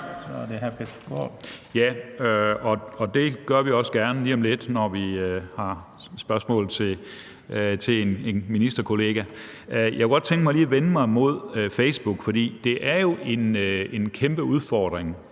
det gør vi også gerne lige om lidt, når vi har spørgsmål til ministerens kollega. Jeg kunne godt lige tænke mig at vende mig mod Facebook. Det er jo en kæmpe udfordring